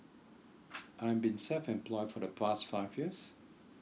I've been self employed for the past five years